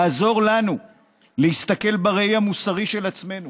זה יעזור לנו להסתכל בראי המוסרי של עצמנו